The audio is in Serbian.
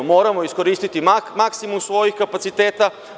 Moramo iskoristiti maksimum svojih kapaciteta.